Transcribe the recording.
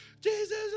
Jesus